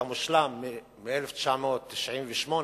מ-1998,